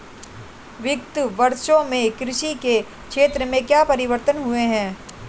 विगत वर्षों में कृषि के क्षेत्र में क्या परिवर्तन हुए हैं?